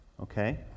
okay